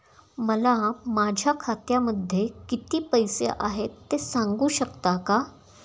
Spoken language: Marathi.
मला माझ्या खात्यामध्ये किती पैसे आहेत ते सांगू शकता का?